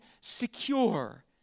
secure